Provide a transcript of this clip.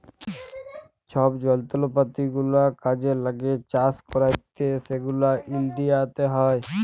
ছব যলত্রপাতি গুলা কাজে ল্যাগে চাষ ক্যইরতে সেগলা ইলডিয়াতে হ্যয়